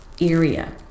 area